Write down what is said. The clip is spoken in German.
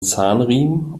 zahnriemen